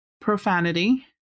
profanity